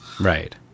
Right